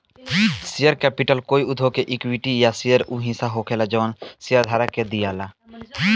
share capital कोई उद्योग के इक्विटी या शेयर के उ हिस्सा होला जवन शेयरधारक के दियाला